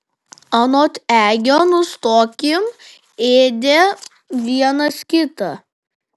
anot egio nustokim ėdę vienas kitą